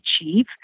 achieve